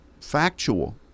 factual